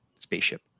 spaceship